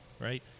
right